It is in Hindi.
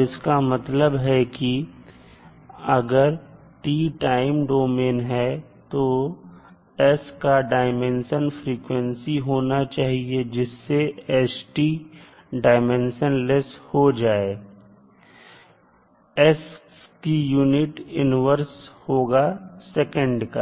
जिसका मतलब है कि अगर t टाइम डोमेन है तो s का डायमेंशन फ्रीक्वेंसी होना चाहिए जिससे कि st डाइमेंशनलेस हो जाए इसलिए s की यूनिट इन्वर्स होगा सेकंड का